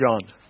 John